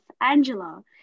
Angela